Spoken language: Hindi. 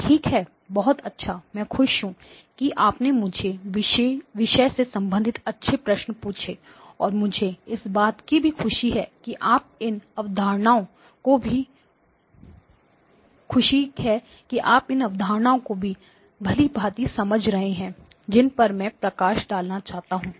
ठीक है बहुत अच्छा मैं खुश हूं कि आपने मुझसे विषय से संबंधित अच्छे प्रश्न पूछे और मुझे इस बात की भी खुशी है कि आप इन अवधारणाओं को भी खुशी है कि आप इन अवधारणाओं को भलीभांति समझ रहे हैं जिन पर मैं प्रकाश डालना चाहता हूं